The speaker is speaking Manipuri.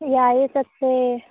ꯌꯥꯏꯑꯦ ꯆꯠꯁꯦ